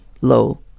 low